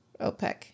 OPEC